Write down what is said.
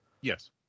Yes